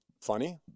funny